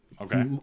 Okay